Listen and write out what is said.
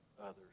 others